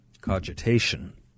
cogitation